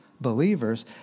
believers